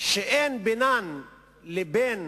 שאין בינן לבין